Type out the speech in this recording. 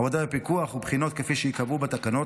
עבודה בפיקוח ובחינות כפי שייקבעו בתקנות,